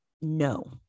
no